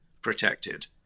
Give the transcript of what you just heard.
protected